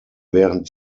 während